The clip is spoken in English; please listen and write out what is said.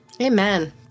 Amen